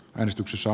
eristyksissä